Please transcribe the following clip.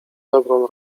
dobrą